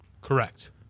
Correct